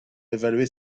évaluer